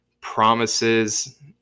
promises